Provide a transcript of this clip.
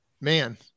man